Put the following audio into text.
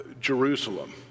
Jerusalem